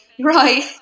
Right